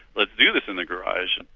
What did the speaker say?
let's do this in the garage.